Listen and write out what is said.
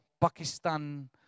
Pakistan